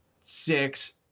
six